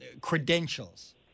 credentials